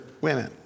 women